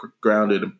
grounded